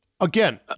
Again